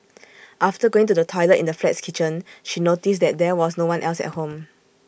after going to the toilet in the flat's kitchen she noticed that there was no one else at home